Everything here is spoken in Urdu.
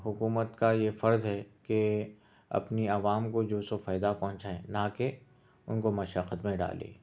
حکومت کا یہ فرض ہے کہ اپنی عوام کو جو سو فائدہ پہنچائیں نا کہ اُن کو مشقت میں ڈالے